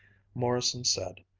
morrison said,